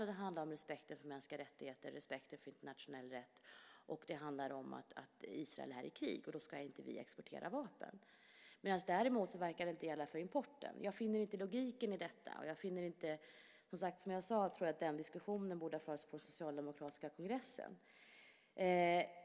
Det handlar om respekten för mänskliga rättigheter, respekten för internationell rätt och att Israel är i krig. Då ska vi inte exportera vapen. Det verkar däremot inte gälla för importen. Jag finner inte logiken i det. Den diskussionen borde, som jag sade, ha förts på den socialdemokratiska kongressen.